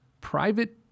Private